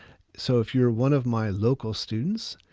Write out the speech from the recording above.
so if you're one of my local students,